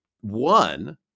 One